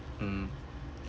mm